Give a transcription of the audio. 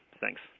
Thanks